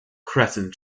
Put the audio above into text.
crescent